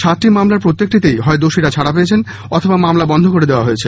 সাতটি মামলার প্রত্যেকটিতেই হয় দোষীরা ছাড়া পেয়েছেন অথবা মামলা বন্ধ করে দেওয়া হয়েছে